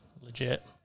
Legit